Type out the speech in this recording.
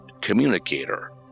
communicator